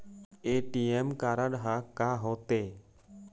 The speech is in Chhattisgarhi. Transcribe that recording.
ए.टी.एम कारड हा का होते?